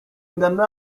ingano